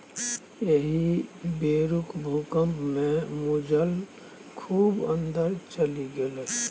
एहि बेरुक भूकंपमे भूजल खूब अंदर चलि गेलै